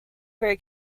very